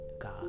God